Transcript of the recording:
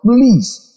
please